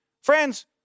Friends